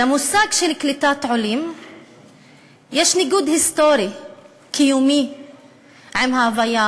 למושג של קליטת עולים יש ניגוד היסטורי קיומי עם ההוויה